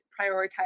prioritize